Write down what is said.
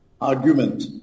argument